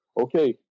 okay